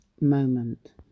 moment